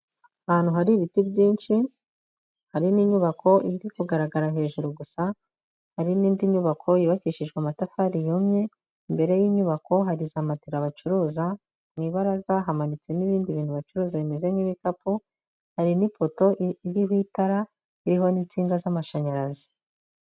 Ahantu hari ibiti byinshi, hari n'inyubako iri kugaragara hejuru gusa, hari n'indi nyubako yubakishijwe amatafari yumye, imbere y'inyubako hari za matela bacuruza, mu ibaraza hamanitsemo ibindi bintu bacuruza bimeze nk'ibikapu, hari n'ipoto iriho itara iriho n'insinga z'amashanyarazi.